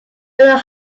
during